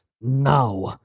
Now